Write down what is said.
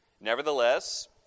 Nevertheless